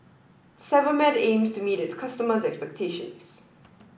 Sebamed aims to meet its customers' expectations